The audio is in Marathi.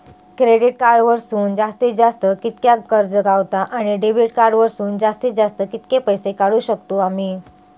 क्रेडिट कार्ड वरसून जास्तीत जास्त कितक्या कर्ज गावता, आणि डेबिट कार्ड वरसून जास्तीत जास्त कितके पैसे काढुक शकतू आम्ही?